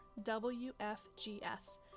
WFGS